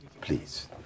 Please